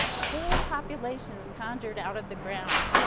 whole populations conjured out of the ground.